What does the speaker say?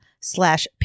slash